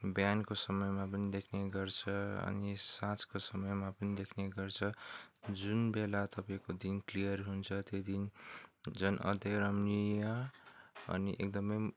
बिहानको समयमा पनि देख्ने गर्छ अनि साँझको समयमा पनि देख्ने गर्छ जुनबेला तपाईँको दिन क्लियर हुन्छ त्यो दिन झन् अझै रम्णीय अनि एकदमै